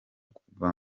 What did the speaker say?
kuwa